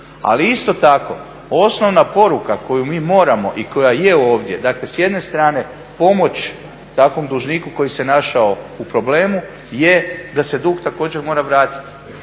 Ali je isto tako osnovna poruka koju mi moramo i koja je ovdje, dakle s jedne strane pomoć takvom dužniku koji se našao u problemu je da se dug također mora vratiti.